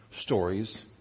stories